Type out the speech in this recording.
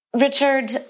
Richard